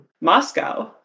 Moscow